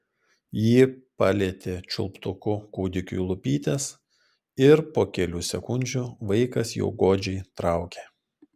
ji palietė čiulptuku kūdikiui lūpytes ir po kelių sekundžių vaikas jau godžiai traukė